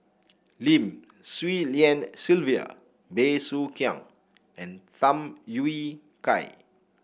Lim Swee Lian Sylvia Bey Soo Khiang and Tham Yui Kai